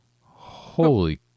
Holy